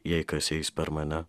jei kas eis per mane